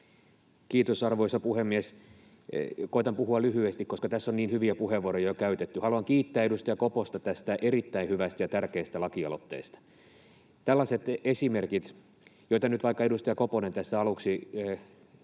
Kiitos, arvoisa puhemies! Koetan puhua lyhyesti, koska tässä on niin hyviä puheenvuoroja jo käytetty. Haluan kiittää edustaja Koposta tästä erittäin hyvästä ja tärkeästä lakialoitteesta. Tällaiset esimerkit, joita nyt vaikka edustaja Koponen tässä aluksi